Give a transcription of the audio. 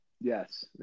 yes